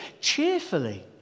cheerfully